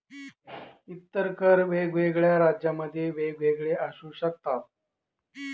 इतर कर वेगवेगळ्या राज्यांमध्ये वेगवेगळे असू शकतात